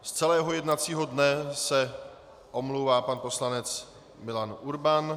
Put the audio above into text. Z celého jednacího dne se omlouvá pan poslanec Milan Urban.